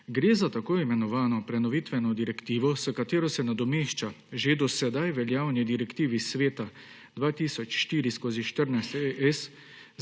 Gre za tako imenovano prenovitveno direktivo, s katero se nadomeščata že do sedaj veljavni direktiva Sveta 2004/14/ES,